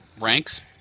ranks